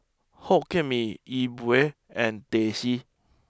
Hokkien Mee Yi Bua and Teh C